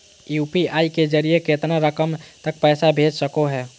UPI के जरिए कितना रकम तक पैसा भेज सको है?